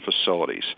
facilities